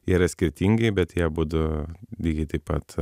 yra skirtingi bet jie abudu lygiai taip pat